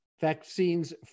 vaccines